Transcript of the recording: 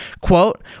quote